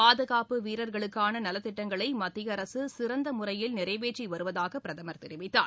பாதுகாப்பு வீரர்களுக்கான நலத்திட்டங்களை மத்திய அரசு சிறந்த முறையில் நிறைவேற்றி வருவதாக பிரதமர் தெரிவித்தார்